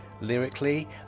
Lyrically